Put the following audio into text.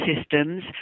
systems